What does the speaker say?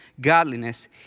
godliness